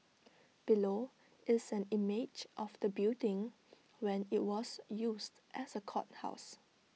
below is an image of the building when IT was used as A courthouse